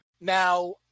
Now